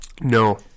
No